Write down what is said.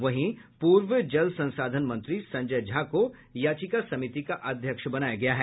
वहीं पूर्व जल संसाधन मंत्री संजय झा को याचिका समिति का अध्यक्ष बनाया गया है